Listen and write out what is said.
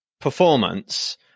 performance –